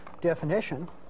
definition